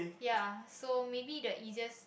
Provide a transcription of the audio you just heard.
ya so maybe the easiest